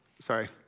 sorry